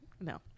No